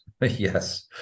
Yes